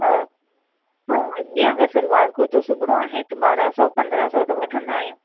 त जीअं अगरि सलवार कुर्तो सिबिणो आहे त ॿारहं सौ पंद्रहं सौ त वठंदा आहियूं